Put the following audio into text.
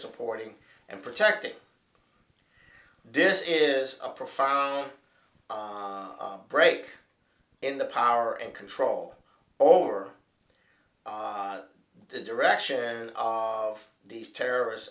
supporting and protecting this is a profound break in the power and control over the direction of these terrorists